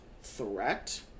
threat